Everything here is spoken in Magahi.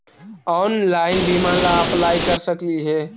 ऑनलाइन बीमा ला अप्लाई कर सकली हे?